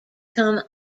come